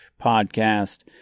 podcast